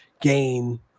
gain